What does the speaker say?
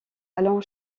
allons